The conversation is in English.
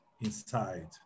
inside